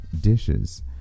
dishes